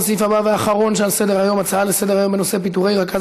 לסעיף הבא והאחרון שעל סדר-היום: הצעה לסדר-היום בנושא פיטורי רכז